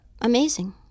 Amazing